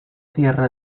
cierra